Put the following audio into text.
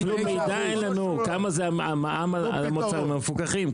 אפילו מידע אין לנו כמה זה המע"מ על המוצרים המפוקחים.